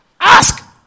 Ask